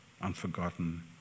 unforgotten